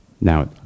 Now